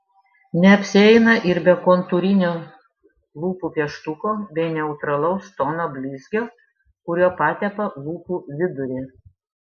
neapsieina ir be kontūrinio lūpų pieštuko bei neutralaus tono blizgio kuriuo patepa lūpų vidurį